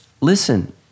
listen